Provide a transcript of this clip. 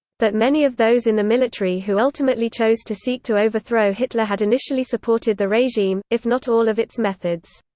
but many of those in the military who ultimately chose to seek to overthrow hitler had initially supported the regime, if not all of its methods.